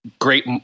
great